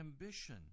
ambition